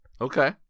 Okay